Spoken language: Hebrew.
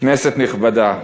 כנסת נכבדה,